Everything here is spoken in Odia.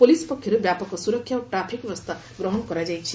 ପୁଲିସ୍ ପକ୍ଷରୁ ବ୍ୟାପକ ସୁରକ୍ଷା ଓ ଟ୍ରାଫିକ୍ ବ୍ୟବସ୍ଥା ଗ୍ରହଣ କରାଯାଇଛି